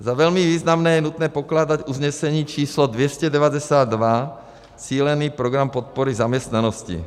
Za velmi významné je nutné pokládat usnesení číslo 292, cílený program podpory zaměstnanosti.